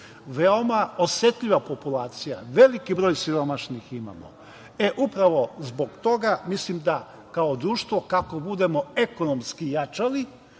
veoma osetljiva populacija, veliki broj siromašnih ima. Upravo zbog toga, mislim da kao društvo budemo ekonomski jačali,